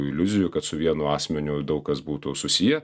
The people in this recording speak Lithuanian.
iliuzijų kad su vienu asmeniu daug kas būtų susiję